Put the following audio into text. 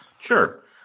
Sure